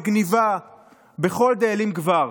בגנבה בכל דאלים גבר.